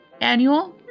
annual